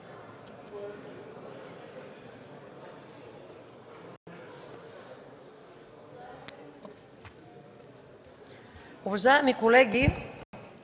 Уважаеми колеги,